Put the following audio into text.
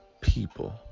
people